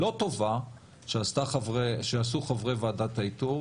הלא טובה שעשו חברי ועדת האיתור.